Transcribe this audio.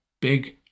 big